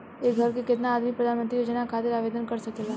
एक घर के केतना आदमी प्रधानमंत्री योजना खातिर आवेदन कर सकेला?